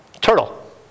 Turtle